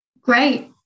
Great